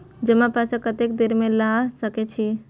जमा पैसा कतेक देर बाद ला सके छी?